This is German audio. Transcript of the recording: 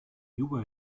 juba